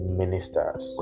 ministers